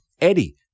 eddie